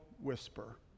whisper